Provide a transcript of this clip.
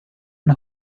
una